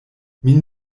min